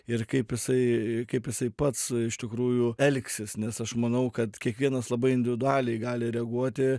ir kaip jisai kaip jisai pats iš tikrųjų elgsis nes aš manau kad kiekvienas labai individualiai gali reaguoti